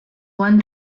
one